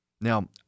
Now